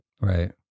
Right